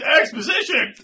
Exposition